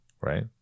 right